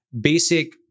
basic